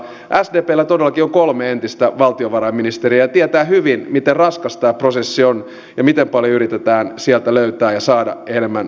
sdpllä todellakin on kolme entistä valtiovarainministeriä jotka tietävät hyvin miten raskas tämä prosessi on ja miten paljon yritetään sieltä löytää ja saada enemmän vipuvoimaa